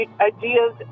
ideas